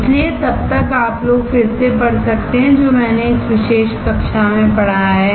इसलिए तब तक आप लोग फिर से पढ़ सकते हैं जो मैंने इस विशेष कक्षा में पढ़ाया है